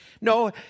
No